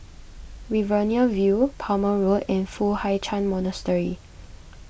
Riverina View Palmer Road and Foo Hai Ch'an Monastery